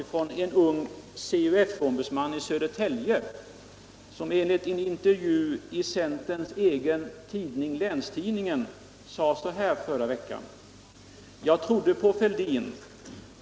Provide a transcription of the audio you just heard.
Det är en ung CUF-ombudsman från Södertälje som enligt en intervju i centerns egen Onsdagen. den Allmänpolitisk debatt Allmänpolitisk debatt tidning Länstidningen sade så här t förra veckan: ”Jag trodde på Fälldin.